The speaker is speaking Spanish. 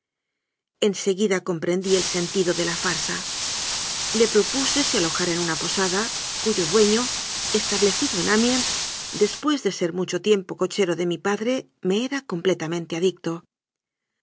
seguida comprendi el sentido de la farsa le propuse se alojara en una posada cuyo dueño establecido en amiens después de ser mucho tiempo cochero de mi pa dre me era completamente adicto